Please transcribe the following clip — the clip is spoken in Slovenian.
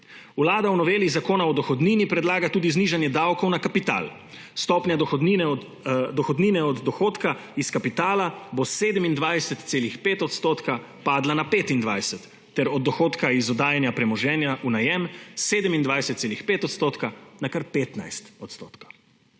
Vlada v noveli Zakona o dohodnini predlaga tudi znižanje davkov na kapital. Stopnja dohodnine od dohodka iz kapitala bo s 27,5 odstotka padla na 25 ter od dohodka iz oddajanja premoženja v najem s 27,5 odstotka na kar 15 odstotkov.